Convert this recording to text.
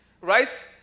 right